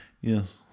yes